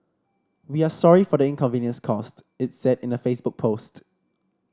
we are sorry for the inconvenience caused it said in a Facebook post